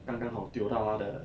刚刚好 tio 到他的